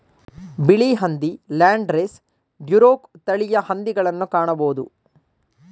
ಬಿಳಿ ಹಂದಿ, Landrace, Duroc ತಳಿಯ ಹಂದಿಗಳನ್ನು ಕಾಣಬೋದು